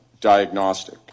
diagnostic